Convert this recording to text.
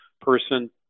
person